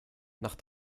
nach